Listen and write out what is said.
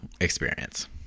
experience